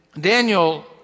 Daniel